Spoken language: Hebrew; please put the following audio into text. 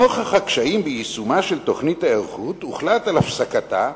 נוכח הקשיים ביישומה של תוכנית ההיערכות הוחלט על הפסקתה,